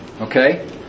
Okay